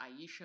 Aisha